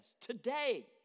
Today